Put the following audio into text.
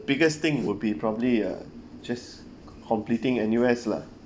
biggest thing would be probably uh just completing N_U_S lah